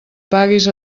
paguis